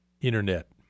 internet